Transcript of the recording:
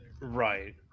Right